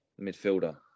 midfielder